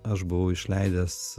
aš buvau išleidęs